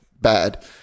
bad